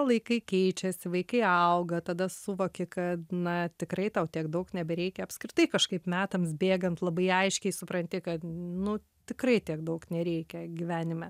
laikai keičiasi vaikai auga tada suvoki kad na tikrai tau tiek daug nebereikia apskritai kažkaip metams bėgant labai aiškiai supranti kad nu tikrai tiek daug nereikia gyvenime